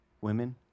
Women